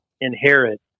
inherit